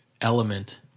element